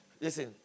listen